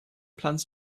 plans